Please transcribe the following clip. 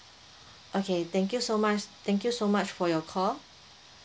okay thank you so much thank you so much for your call